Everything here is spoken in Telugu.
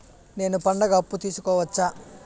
నేను పండుగ అప్పు తీసుకోవచ్చా?